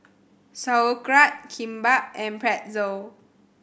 Sauerkraut Kimbap and Pretzel